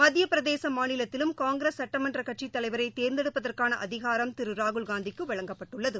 மத்தியப்பிரதேசமாநிலத்திலும் காங்கிரஸ் சட்டமன்றகட்சித்தலைவளரதேர்ந்தெடுப்பதற்கானஅதிகாரம் திருராகுல்காந்திக்குவழங்கப்பட்டுள்ளது